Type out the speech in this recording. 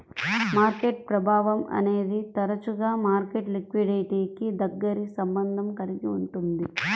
market ప్రభావం అనేది తరచుగా మార్కెట్ లిక్విడిటీకి దగ్గరి సంబంధం కలిగి ఉంటుంది